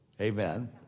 amen